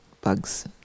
bugs